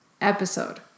episode